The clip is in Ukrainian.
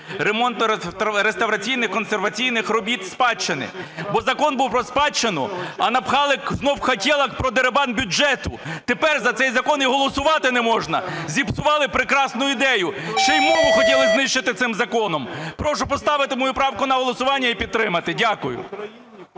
ремонтно-реставраційних та консерваційних робіт… спадщини". Бо закон був про спадщину, а напхали знову "хотєлок" про дерибан бюджету. Тепер за цей закон і голосувати не можна. Зіпсували прекрасну ідею. Ще й мову хотіли знищити цим законом. Прошу поставити мою правку на голосування і підтримати. Дякую.